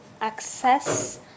access